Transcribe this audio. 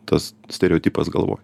tas stereotipas galvoj